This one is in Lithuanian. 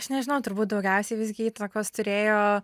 aš nežinau turbūt daugiausiai visgi įtakos turėjo